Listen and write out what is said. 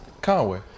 Conway